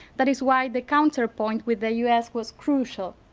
that is why the counterpoint with the us was crucial.